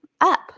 up